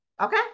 Okay